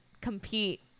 compete